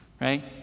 Right